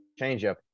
changeup